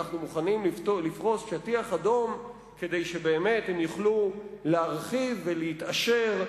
אנחנו מוכנים לפרוס שטיח אדום כדי שבאמת הם יוכלו להרחיב ולהתעשר,